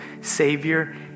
Savior